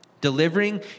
delivering